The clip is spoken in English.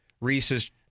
Reese's